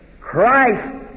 Christ